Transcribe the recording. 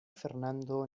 fernando